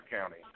County